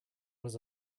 was